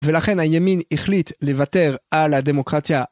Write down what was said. ולכן הימין החליט לוותר על הדמוקרטיה.